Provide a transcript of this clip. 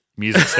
Music